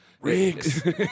Rigs